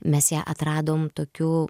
mes ją atradom tokių